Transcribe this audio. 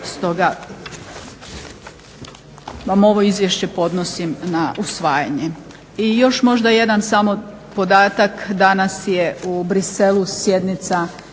Stoga vam ovo Izvješće podnosim na usvajanje. I još možda jedan samo podatak danas je u Bruxellesu sjednica